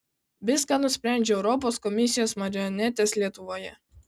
viską nusprendžia europos komisijos marionetės lietuvoje